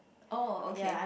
oh okay